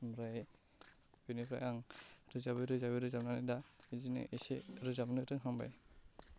ओमफ्राय बिनिफ्राय आं रोजाबै रोजाबै रोजाबनानै दा बिदिनो एसे रोजाबनो रोंहांबाय